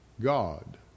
God